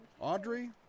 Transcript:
Audrey